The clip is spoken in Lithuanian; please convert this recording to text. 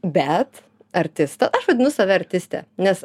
bet artista aš vadinu save artistė nes